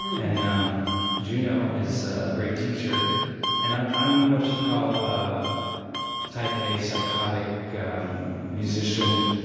and um juno is a great teacher and i'm i'm what you'd call a type a, psychotic musician.